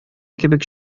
кебек